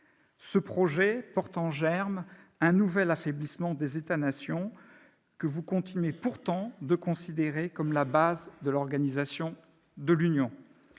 Ce projet porte en germe un affaiblissement des États-nations, que vous continuez pourtant de considérer comme la base de l'organisation de l'Union